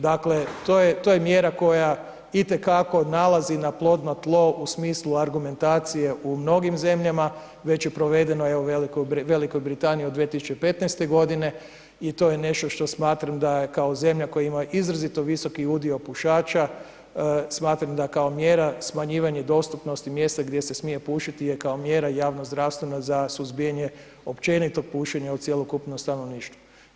Dakle, to je mjera koja itekako nalazi na plodno tlo u smislu argumentacije u mnogim zemljama, već je provedeno evo u Velikoj Britaniji od 2015. godine i to je nešto što smatram da je kao zemlja koja ima izrazito visoki udio pušača, smatram da kao mjera smanjivanje dostupnosti mjesta gdje se smije pušiti je kao mjera javnozdravstvena za suzbijanje općenitog pušenja u cjelokupnom stanovništvu.